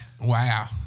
Wow